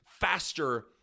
faster